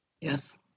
Yes